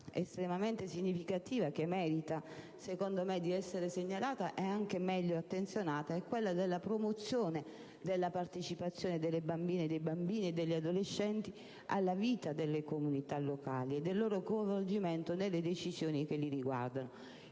dell'Autorità estremamente significativa, che merita di essere segnalata e meglio attenzionata, è quella della promozione della partecipazione di bambine, bambini e adolescenti alla vita delle comunità locali e del loro coinvolgimento nelle decisioni che li riguardano.